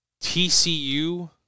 TCU